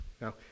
now